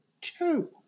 two